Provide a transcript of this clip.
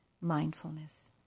mindfulness